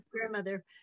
grandmother